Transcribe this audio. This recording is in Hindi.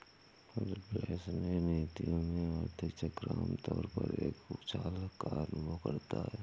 रिफ्लेशनरी नीतियों में, आर्थिक चक्र आम तौर पर एक उछाल का अनुभव करता है